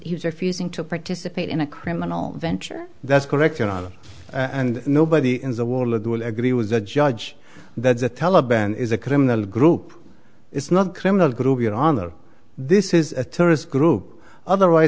refusing to participate in a criminal venture that's correct and nobody in the world will agree was a judge that the taliban is a criminal group it's not criminal group your honor this is a terrorist group otherwise